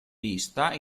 vista